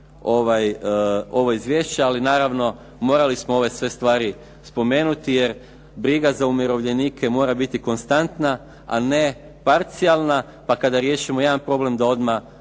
ovo izvješće. Ali naravno morali smo ove sve stvari spomenuti. Jer briga za umirovljenike mora biti konstantna, a ne parcijalna, pa kada riješimo jedan problem da odmah